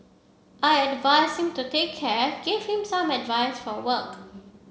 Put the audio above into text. I advised him to take care gave him some advice for work